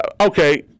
Okay